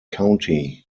county